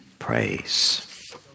Praise